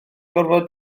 gorfod